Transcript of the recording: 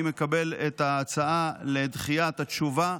אני מקבל את ההצעה לדחיית התשובה.